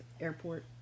airport